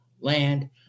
land